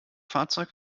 fahrzeug